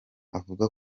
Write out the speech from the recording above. avuga